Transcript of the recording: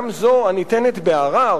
גם זו הניתנת בערר,